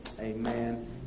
Amen